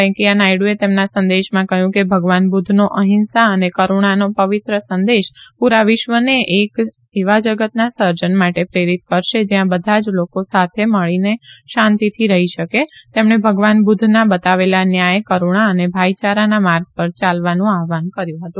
વેંકૈયા નાયડુએ તેમના સંદેશમાં કહ્યું કે ભગવાન બુદ્ધનો અહિંસા અને કરૂણાનો પવિત્ર સંદેશ પૂરા વિશ્વને એક એવા જગતના સર્જન માટે પ્રેરિત કરશે જ્યાં બધા જ લોકો સાથે મળીને શાંતિથી રહી શકે તેમણે ભગવાન બુદ્ધના બતાવેલા ન્યાય કરૂણા અને ભાઈયારાના માર્ગ પર ચાલવાનું આહ્વાન કર્યું હતું